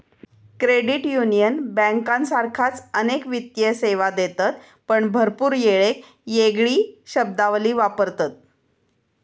credit union बँकांसारखाच अनेक वित्तीय सेवा देतत पण भरपूर येळेक येगळी शब्दावली वापरतत